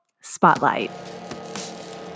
spotlight